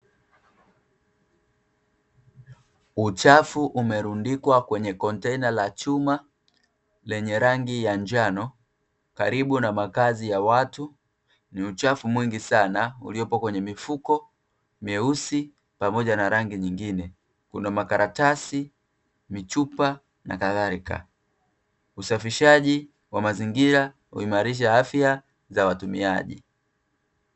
Uchafu umerundikwa kwenye kontena la chuma lenye rangi ya njano, karibu na makazi ya watu. Ni uchafu mwingi sana uliopo kwenye mifuko meusi pamoja na rangi nyingine. Kuna makaratasi, michupa na kadhalika. Usafishaji wa mazingira huimarisha afya za watumiaji.